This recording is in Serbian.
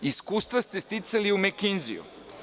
Iskustva ste sticali u Mekenziju.